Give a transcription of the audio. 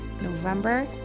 november